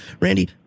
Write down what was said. Randy